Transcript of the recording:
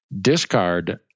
discard